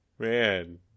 Man